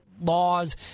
laws